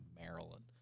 Maryland